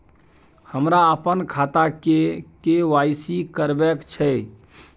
हमरा अपन खाता के के.वाई.सी करबैक छै